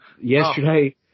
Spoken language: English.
yesterday –